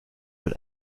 wird